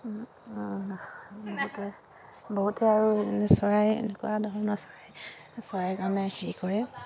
এনেকে বহুতে আৰু চৰাই এনেকুৱা ধৰণৰ চৰাই চৰাইৰ কাৰণে হেৰি কৰে